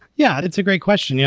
yeah, it's a great question. yeah